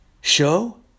show